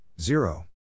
Zero